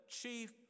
chief